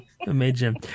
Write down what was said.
Imagine